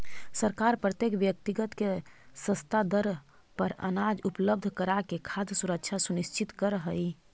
सरकार प्रत्येक व्यक्ति के सस्ता दर पर अनाज उपलब्ध कराके खाद्य सुरक्षा सुनिश्चित करऽ हइ